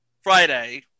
Friday